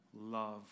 love